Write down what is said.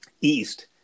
east